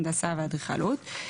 הנדסה ואדריכלות.".